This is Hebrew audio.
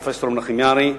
פרופסור מנחם יערי.